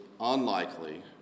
unlikely